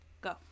go